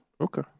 Okay